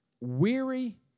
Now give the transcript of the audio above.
weary